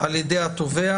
על ידי התובע,